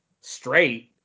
straight